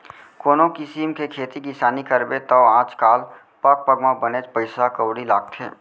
कोनों किसिम के खेती किसानी करबे तौ आज काल पग पग म बनेच पइसा कउड़ी लागथे